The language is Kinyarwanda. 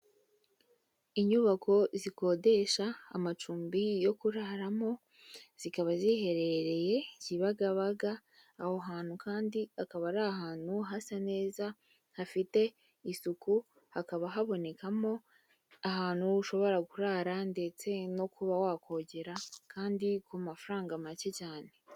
Inyubako zikodesha amacumbi yo kuraramo, zikaba ziherereye Kibagabaga, aho hantu kandi hakaba ari ahantu hasa neza hafite isuku, hakaba habonekamo ahantu ushobora kurara ndetse no kuba wakogera kandi ku mafaranga make cyane.